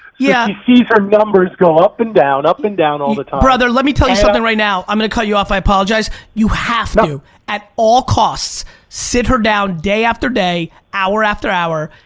yeah sees her numbers go up and down, up and down all the time. brother, let me tell you something right now, i'm gonna cut you off, i apologize, you have to at all costs sit her down day after day, hour after hour,